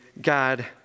God